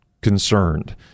concerned